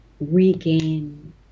regain